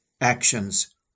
actions